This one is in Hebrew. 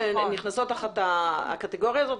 שנכנסות תחת הקטגוריה הזאת,